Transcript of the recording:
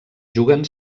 juguen